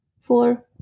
Four